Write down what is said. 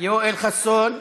יואל חסון,